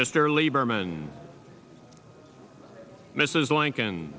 mr lieberman mrs lincoln